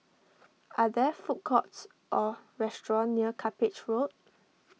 are there food courts or restaurants near Cuppage Road